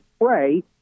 pray